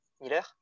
Miller